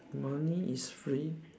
money is free